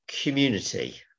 community